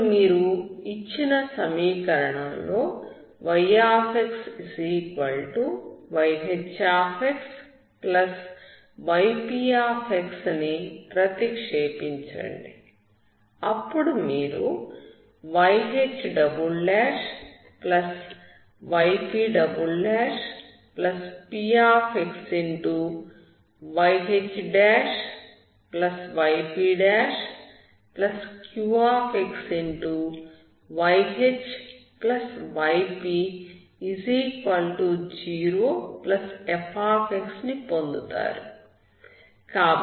ఇప్పుడు మీరు ఇచ్చిన సమీకరణంలో yxyHxyp ని ప్రతిక్షేపించండి అప్పుడు మీరు yHyppxyHypqxyHyp0f ను పొందుతారు